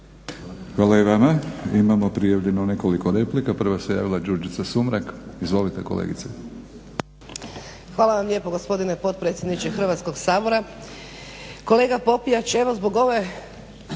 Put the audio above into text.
Hvala i vama. Imamo prijavljeno nekoliko replika. Prva se javila Đurđica Sumrak. Izvolite kolegice. **Sumrak, Đurđica (HDZ)** Hvala vam lijepo gospodine potpredsjedniče Hrvatskog sabora. Kolega Popijač, evo zbog ove